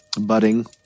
Budding